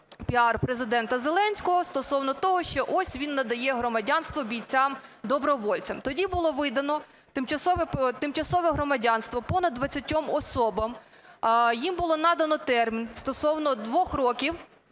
піар Президента Зеленського стосовно того, що ось він надає громадянство бійцям-добровольцям. Тоді було видано тимчасове громадянство понад 20 особам. Їм було надано термін стосовно двох років,